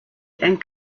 and